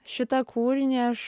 šitą kūrinį aš